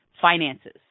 finances